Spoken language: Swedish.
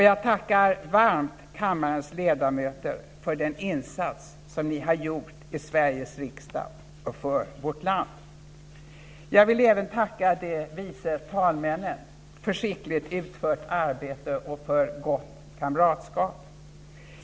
Jag tackar varmt kammarens ledamöter för den insats ni har gjort i Sveriges riksdag och för vårt land. Jag vill även tacka de vice talmännen för skickligt utfört arbete och för gott kamratskap.